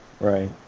Right